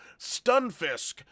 Stunfisk